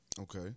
Okay